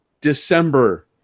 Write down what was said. December